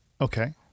Okay